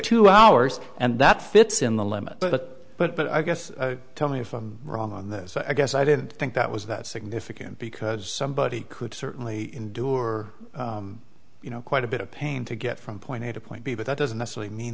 two hours and that fits in the limit but i guess tell me if i'm wrong on this i guess i didn't think that was that significant because somebody could certainly endure you know quite a bit of pain to get from point a to point b but that doesn't necessarily mean